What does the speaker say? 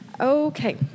Okay